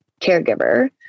caregiver